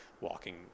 walking